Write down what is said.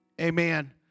Amen